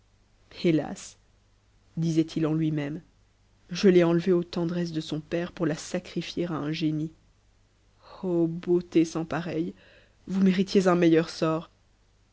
hëlas disait-il en lui-même je l'ai enlevée aux tendresses de son père pour la sacrifier à un génie beauté sans pareille vous méritiez un meilleur sort